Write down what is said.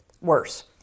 worse